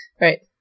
Right